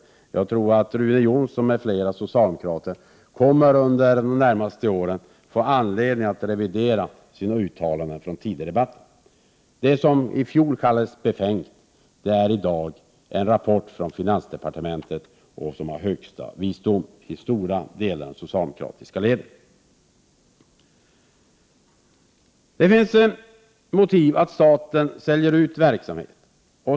Jag tror att Rune Jonsson m.fl. socialdemokrater under de närmaste åren kommer att få anledning att revidera sina uttalanden från tidigare debatter. Det som i fjol kallades befängt finns i dag med i en rapport från finansdepartementet, som är högsta visdom i stora delar av de socialdemokratiska leden. Det finns motiv för staten att sälja ut verksamhet.